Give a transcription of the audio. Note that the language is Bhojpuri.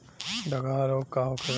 डकहा रोग का होखे?